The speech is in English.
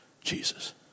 Jesus